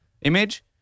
image